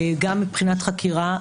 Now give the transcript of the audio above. גם מבחינת חקירה,